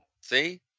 See